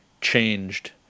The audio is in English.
changed